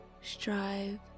Strive